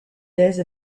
thèses